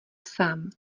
sám